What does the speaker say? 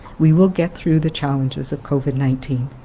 we will get through the challenges of covid nineteen.